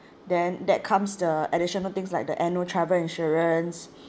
then that comes the additional things like the annual travel insurance